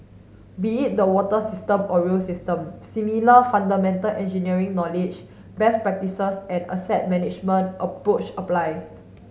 be it the water system or rail system similar fundamental engineering knowledge best practices and asset management approach apply